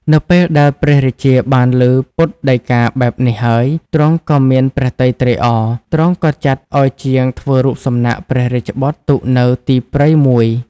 នៅពេលដែលព្រះរាជាបានឮពុទ្ធដីកាបែបនេះហើយ ទ្រង់ក៏មានព្រះទ័យត្រេកអរ ទ្រង់ក៏ចាត់ឲ្យជាងធ្វើរូបសំណាកព្រះរាជបុត្រទុកនៅទីព្រៃមួយ។